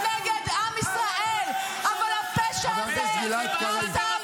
אתן מגן על סרבנות.